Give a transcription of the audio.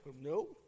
no